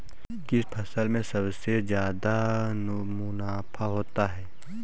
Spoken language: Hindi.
किस फसल में सबसे जादा मुनाफा होता है?